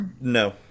no